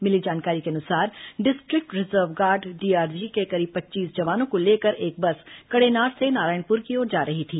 मिली जानकारी के अनुसार डिस्ट्रिक्ट रिजर्व गार्ड डीआरजी के करीब पच्चीस जवानों को लेकर एक बस कड़ेनार से नारायणपुर की ओर जा रही थी